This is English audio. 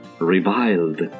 reviled